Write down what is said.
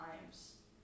times